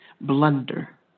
blunder